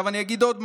אני אגיד עוד משהו.